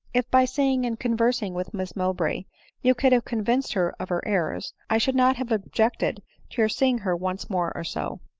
if by seeing and con versing with miss mowbray you could have convinced her of her errors, i should not have objected to your seeing her once more or so.